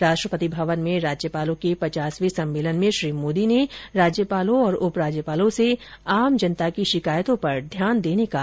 राष्ट्रपति भवन में राज्यपालों के पचासवें सम्मेलन में श्री मोदी ने राज्यपालों और उपराज्यपालों से आम जनता की शिकायतों पर ध्यान देने का आग्रह किया